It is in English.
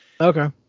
Okay